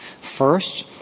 First